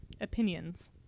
Opinions